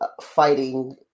fighting